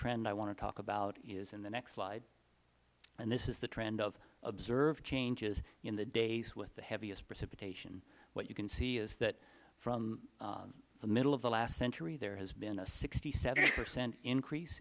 trend i want to talk about is in the next slide and this is the trend of observed changes in the days with the heaviest precipitation what you can see is that from the middle of the last century there has been a sixty seven percent increase